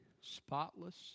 spotless